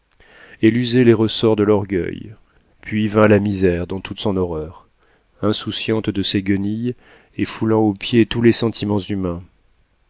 elle usait les ressorts de l'orgueil puis vint la misère dans toute son horreur insouciante de ses guenilles et foulant aux pieds tous les sentiments humains